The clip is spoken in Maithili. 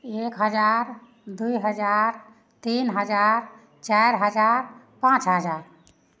एक हजार दुइ हजार तीन हजार चारि हजार पाँच हजार